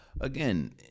again